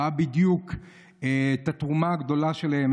ראה בדיוק את התרומה הגדולה שלהם.